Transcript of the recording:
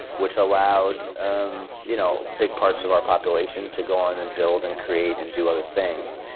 which allowed um you know big parts of our population to go on and build and create and do other things.